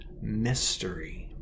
mystery